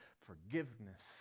forgiveness